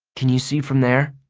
can you see from there?